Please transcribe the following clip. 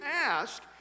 ask